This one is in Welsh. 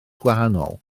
gwahanol